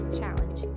challenge